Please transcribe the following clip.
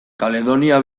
kaledonia